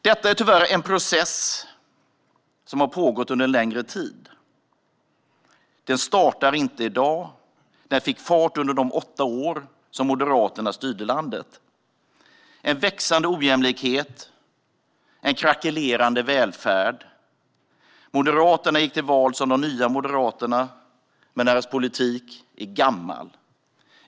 Detta är tyvärr en process som har pågått under en längre tid. Den startade inte i dag; den fick fart under de åtta år Moderaterna styrde landet. En växande ojämlikhet och en krackelerande välfärd - Moderaterna gick till val som Nya moderaterna, men partiets politik är gammal.